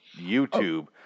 YouTube